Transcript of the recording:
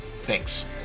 Thanks